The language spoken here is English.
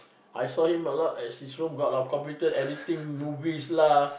I saw him a lot at his room got a lot of computer editing movies lah